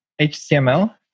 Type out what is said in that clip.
HTML